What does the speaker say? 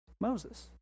Moses